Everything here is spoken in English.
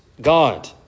God